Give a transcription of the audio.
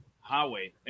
Highway